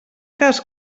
cas